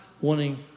wanting